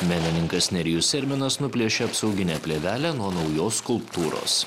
menininkas nerijus erminas nuplėšė apsauginę plėvelę nuo naujos skulptūros